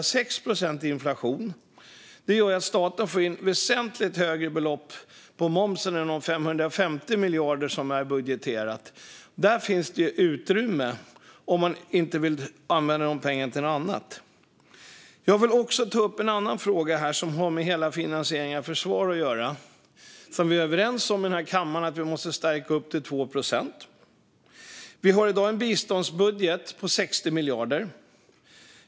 Med 6 procent i inflation får staten in väsentligt högre belopp i moms än de budgeterade 550 miljarderna. Här finns utrymme, om pengarna inte ska användas till annat. Jag ska också ta upp en fråga som har med finansieringen av försvaret att göra, som vi är överens i kammaren om att stärka upp till 2 procent. Vi har i dag en biståndsbudget på 60 miljarder.